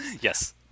Yes